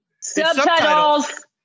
Subtitles